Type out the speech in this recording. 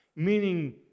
Meaning